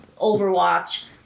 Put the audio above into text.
Overwatch